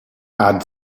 add